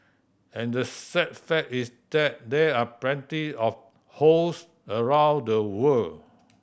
and the sad fact is that there are plenty of hosts around the world